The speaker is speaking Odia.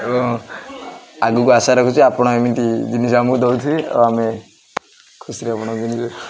ଏବଂ ଆଗକୁ ଆଶା ରଖୁଛି ଆପଣ ଏମିତି ଜିନିଷ ଆମକୁ ଦଉଥିବେ ଆଉ ଆମେ ଖୁସିରେ ଆପଣ ଜିନିଷ